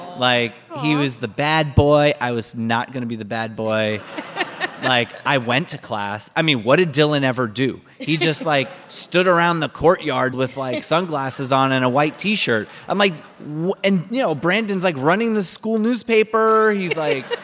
like, he was the bad boy. i was not going to be the bad boy like, i went to class. i mean, what did dylan ever do? he just, like, stood around the courtyard with, like, sunglasses on and a white t-shirt. i'm like and, you know, brandon's, like, running the school newspaper he's, like,